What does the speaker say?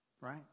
right